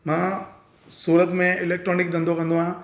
मां सूरत में इलेक्टॉनिक्स धंधो कंदो आहियां